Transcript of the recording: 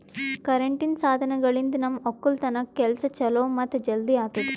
ಕರೆಂಟಿನ್ ಸಾಧನಗಳಿಂದ್ ನಮ್ ಒಕ್ಕಲತನ್ ಕೆಲಸಾ ಛಲೋ ಮತ್ತ ಜಲ್ದಿ ಆತುದಾ